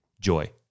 joy